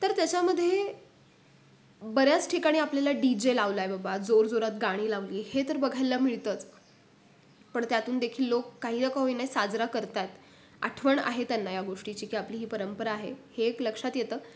तर त्याच्यामध्ये बऱ्याच ठिकाणी आपल्याला डी जे लावला आहे बाबा जोरजोरात गाणी लावली हे तर बघायला मिळतंच पण त्यातून देखील लोक काही होईना साजरा करतात आठवण आहे त्यांना या गोष्टीची की आपली ही परंपरा आहे हे एक लक्षात येतं